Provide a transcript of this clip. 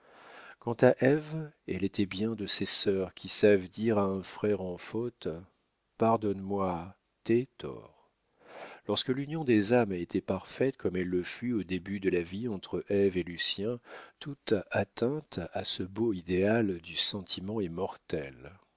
quant à ève elle était bien de ces sœurs qui savent dire à un frère en faute pardonne-moi tes torts lorsque l'union des âmes a été parfaite comme elle le fut au début de la vie entre ève et lucien toute atteinte à ce beau idéal du sentiment est mortelle